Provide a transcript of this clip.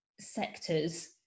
sectors